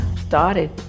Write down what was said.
started